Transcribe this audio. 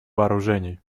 вооружений